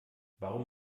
warum